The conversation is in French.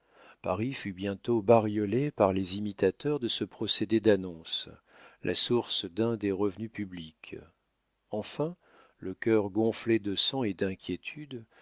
paris fut bientôt bariolé par les imitateurs de ce procédé d'annonce la source d'un des revenus publics enfin le cœur gonflé de sang et d'inquiétude